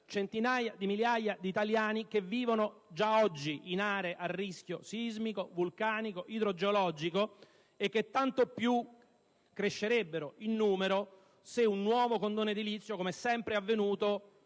centinaia di migliaia di italiani che vivono già oggi in aree a rischio sismico, vulcanico, idrogeologico e che aumenterebbero ulteriormente di numero se un nuovo condono edilizio, come è sempre avvenuto,